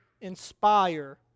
inspire